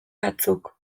batzuk